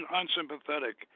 unsympathetic